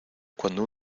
cuando